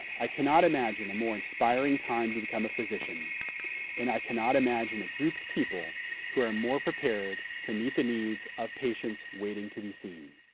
i cannot imagine a more inspiring time to become a physician and i cannot imagine a group of people who are more prepared to meet the needs of patients waiting to be seen.